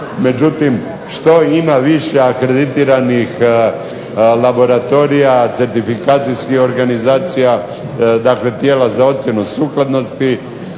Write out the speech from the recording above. međutim što ima više akreditiranih laboratorija, certifikacijskih organizacija, dakle tijela za ocjenu sukladnosti